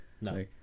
No